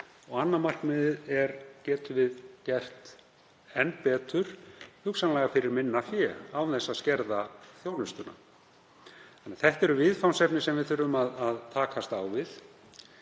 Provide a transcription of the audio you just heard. Annað markmiðið: Getum við gert enn betur, hugsanlega fyrir minna fé án þess að skerða þjónustuna? Þetta eru viðfangsefni sem við þurfum að takast á við.